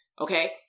Okay